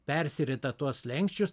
persirita tuos slenksčius